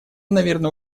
наверное